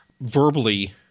verbally